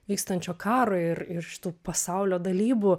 vykstančio karo ir ir šitų pasaulio dalybų